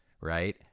right